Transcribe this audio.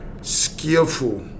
skillful